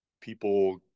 people